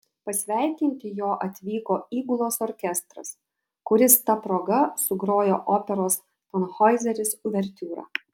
pasveikinti jo atvyko įgulos orkestras kuris ta proga sugrojo operos tanhoizeris uvertiūrą